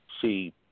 See